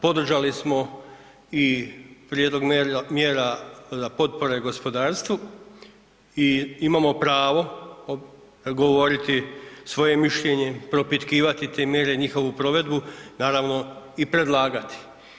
Podržali smo i prijedlog mjera za potpore gospodarstvu i imamo pravo govoriti svoje mišljenje, propitkivati te mjere i njihovu provedbu, naravno i predlagati.